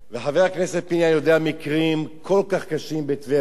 חבר הכנסת פיניאן יודע על מקרים כל כך קשים בטבריה,